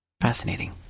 Fascinating